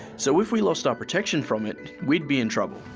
so if we lost our protection from it, we'd be in trouble.